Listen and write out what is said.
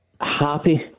Happy